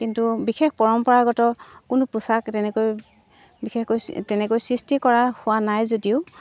কিন্তু বিশেষ পৰম্পৰাগত কোনো পোছাক তেনেকৈ বিশেষকৈ তেনেকৈ সৃষ্টি কৰা হোৱা নাই যদিও